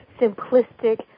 simplistic